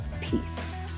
Peace